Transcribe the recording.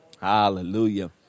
Hallelujah